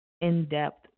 in-depth